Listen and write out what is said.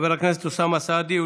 חבר הכנסת אוסאמה סעדי,